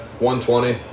120